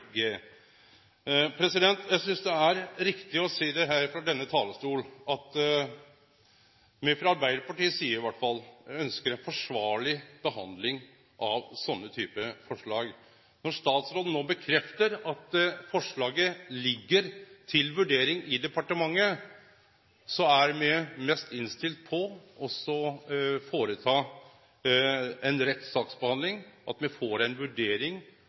G. Eg synest det er riktig å seie frå denne talarstolen at me, frå Arbeidarpartiet si side i alle fall, ønskjer ei forsvarleg behandling av sånne forslag. Når statsråden no bekreftar at forslaget ligg til vurdering i departementet, er me mest innstilte på å foreta ei rett saksbehandling – at me får ei vurdering